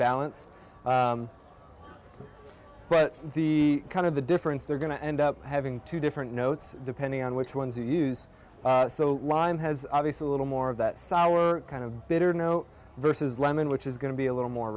balance but the kind of the difference they're going to end up having two different notes depending on which ones you use so mine has obviously a little more of that sour kind of bitter no versus lemon which is going to be a little more